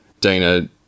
Dana